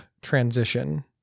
transition